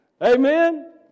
Amen